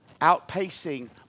outpacing